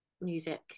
music